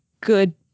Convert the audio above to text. good